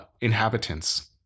inhabitants